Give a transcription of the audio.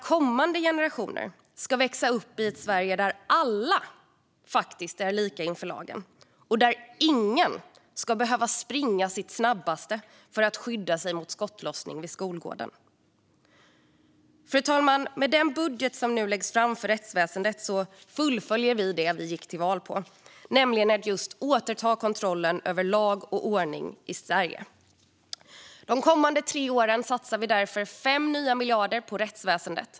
Kommande generationer ska växa upp i ett Sverige där alla faktiskt är lika inför lagen och där ingen ska behöva springa sitt snabbaste för att skydda sig mot skottlossning vid skolgården. Fru talman! Med den budget som nu läggs fram för rättsväsendet fullföljer vi det vi gick till val på, nämligen att återta kontrollen över lag och ordning i Sverige. De kommande tre åren satsar vi därför 5 nya miljarder på rättsväsendet.